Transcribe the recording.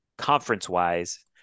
conference-wise